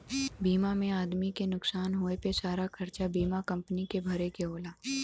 बीमा में आदमी के नुकसान होए पे सारा खरचा बीमा कम्पनी के भरे के होला